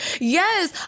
Yes